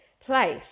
place